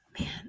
Man